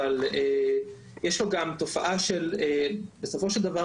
אבל יש לו גם תופעה שבסופו של דבר,